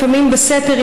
לפעמים בסתר,